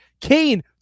Kane